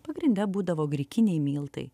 pagrinde būdavo grikiniai miltai